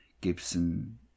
Gibson